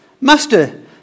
Master